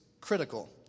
critical